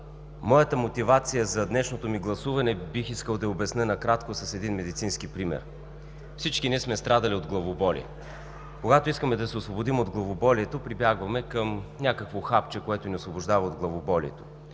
Моята мотивация за днешното ми гласуване бих искал да обясня накратко с един медицински пример. Всички ние сме страдали от главоболие. Когато искаме да се освободим от главоболието, прибягваме към някакво хапче, което ни освобождава от главоболието.